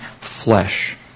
flesh